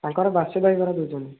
ତାଙ୍କର ବାସି ଦହିବରା ଦେଉଛନ୍ତି